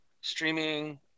Streaming